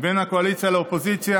בין הקואליציה לאופוזיציה.